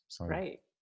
Right